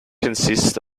consists